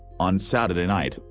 on saturday night,